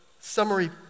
summary